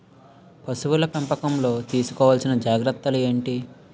పశువుల పెంపకంలో తీసుకోవల్సిన జాగ్రత్తలు ఏంటి?